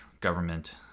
government